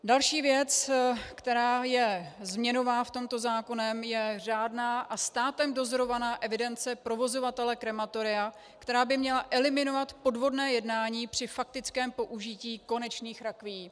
Další věc, která je změnová v tomto zákoně, je řádná a státem dozorovaná evidence provozovatele krematoria, která by měla eliminovat podvodné jednání při faktickém použití konečných rakví.